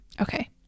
Okay